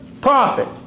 profit